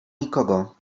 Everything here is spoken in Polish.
nikogo